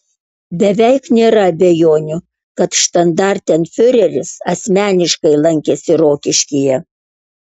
beveik nėra abejonių kad štandartenfiureris asmeniškai lankėsi rokiškyje